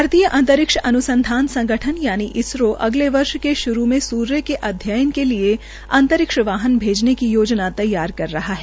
भारतीय अंतरिक्ष अनुसंधान संगठन इसरो अगले वर्ष के शुरू में अध्ययन के लिए अंतरिक्ष वाहन भेजने की योजना तैयार कर रहा है